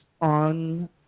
on